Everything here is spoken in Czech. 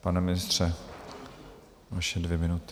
Pane ministře, vaše dvě minuty.